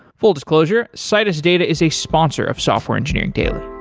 full disclosure, citus data is a sponsor of software engineering daily.